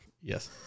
Yes